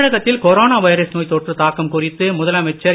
தமிழகத்தில் corona virus நோய் தொற்று தாக்கம் குறித்து முதலமைச்சர் திரு